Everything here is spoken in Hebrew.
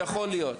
יכול להיות.